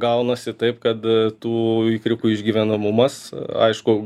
gaunasi taip kad tų ikriukų išgyvenamumas aišku